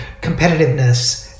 competitiveness